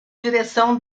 direção